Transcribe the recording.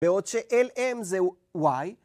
בעוד ש-LM זה Y.